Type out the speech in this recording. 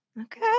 Okay